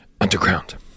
underground